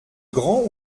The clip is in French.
grand